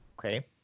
Okay